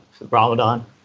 Ramadan